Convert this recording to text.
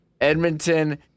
Edmonton